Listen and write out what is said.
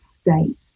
state